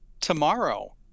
tomorrow